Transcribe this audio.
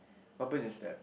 what happen is that